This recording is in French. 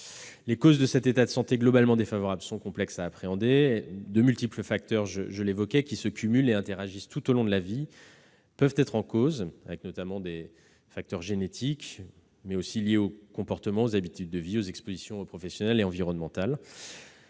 Les causes de cet état de santé globalement défavorable sont complexes à appréhender. De multiples facteurs, qui se cumulent et interagissent tout au long de la vie, peuvent être en cause, notamment des facteurs génétiques, liés aux comportements et habitudes de vie, aux expositions professionnelles et environnementales.